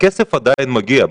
הכסף עדיין מגיע,